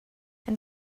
and